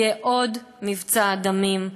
יהיה עוד מבצע דמים,